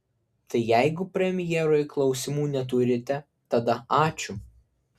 tai jeigu premjerui klausimų neturite tada ačiū